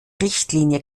richtlinie